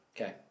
Okay